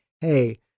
hey